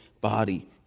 body